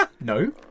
No